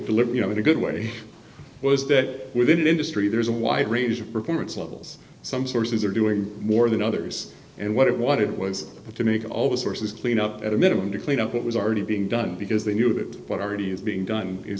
phillip you know a good way was that within the industry there's a wide range of performance levels some sources are doing more than others and what i wanted was to make all the sources clean up at a minimum to clean up what was already being done because they knew that what already is being done is